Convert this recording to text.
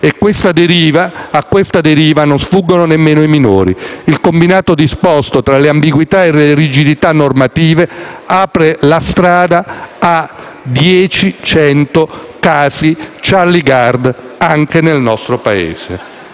A questa deriva non sfuggono nemmeno i minori: il combinato disposto tra ambiguità e rigidità normative apre la strada a dieci, cento casi Charlie Gard anche nel nostro Paese.